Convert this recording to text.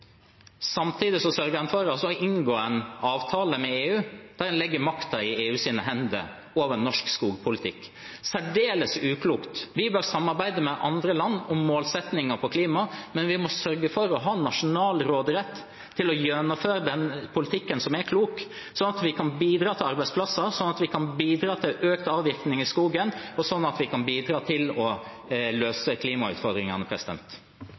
Samtidig sørger en for å inngå en avtale med EU der en legger makten over norsk skogpolitikk i EUs hender – særdeles uklokt. Vi bør samarbeide med andre land om målsettinger for klima, men vi må sørge for å ha nasjonal råderett til å gjennomføre den politikken som er klok, sånn at vi kan bidra til arbeidsplasser, sånn at vi kan bidra til økt avvirkning i skogen, og sånn at vi kan bidra til å